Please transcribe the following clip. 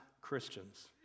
Christians